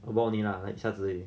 awhile only lah like 一下子而已